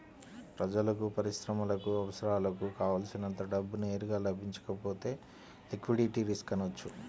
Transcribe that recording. ప్రజలకు, పరిశ్రమలకు అవసరాలకు కావల్సినంత డబ్బు నేరుగా లభించకపోతే లిక్విడిటీ రిస్క్ అనవచ్చు